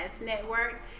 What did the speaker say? Network